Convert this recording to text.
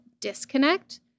disconnect